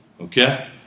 Okay